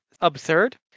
absurd